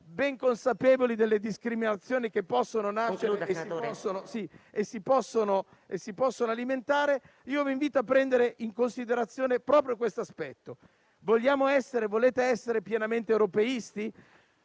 ben consapevoli delle discriminazioni che possono nascere e si possono alimentare, vi invito a prendere in considerazione proprio questo aspetto. Vogliamo e volete essere pienamente europeisti